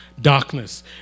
Darkness